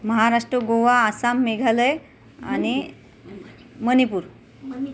महाराष्ट्र गोवा आसाम मेघालय आणि मणिपूर